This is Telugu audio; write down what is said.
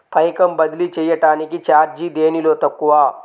పైకం బదిలీ చెయ్యటానికి చార్జీ దేనిలో తక్కువ?